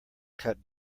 cut